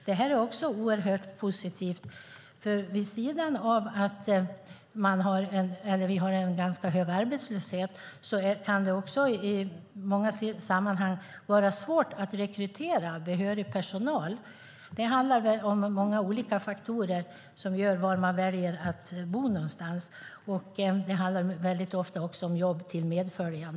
Detta är oerhört positivt. Vid sidan av att vi har en ganska hög arbetslöshet kan det i många sammanhang vara svårt att rekrytera behörig personal. Det är många olika faktorer som avgör var man väljer att bo någonstans. Det handlar också väldigt ofta om jobb till medföljande.